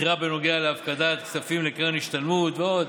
בחירה בנוגע להפקדת כספים לקרן השתלמות ועוד.